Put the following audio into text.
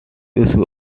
issue